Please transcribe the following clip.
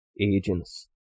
agents